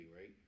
right